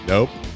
Nope